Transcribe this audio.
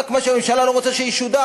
רק מה שהממשלה לא רוצה שישודר,